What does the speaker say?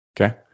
Okay